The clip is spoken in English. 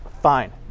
fine